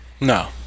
No